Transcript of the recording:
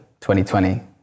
2020